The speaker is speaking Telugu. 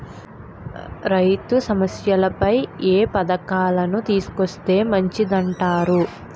రైతు సమస్యలపై ఏ పథకాలను తీసుకొస్తే మంచిదంటారు?